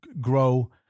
grow